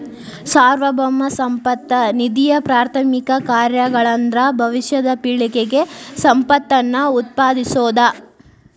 ಸಾರ್ವಭೌಮ ಸಂಪತ್ತ ನಿಧಿಯಪ್ರಾಥಮಿಕ ಕಾರ್ಯಗಳಂದ್ರ ಭವಿಷ್ಯದ ಪೇಳಿಗೆಗೆ ಸಂಪತ್ತನ್ನ ಉತ್ಪಾದಿಸೋದ